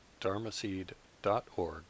dharmaseed.org